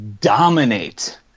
dominate